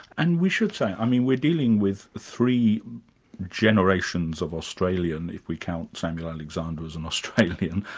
and we should say, i mean we're dealing with three generations of australian, if we count samuel alexander as an australian,